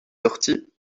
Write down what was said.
sortie